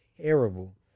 terrible